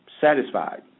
satisfied